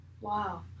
Wow